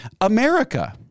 America